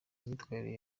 imyitwarire